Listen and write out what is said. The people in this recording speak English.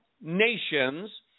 nations